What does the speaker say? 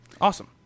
Awesome